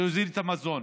זה יוזיל את המזון.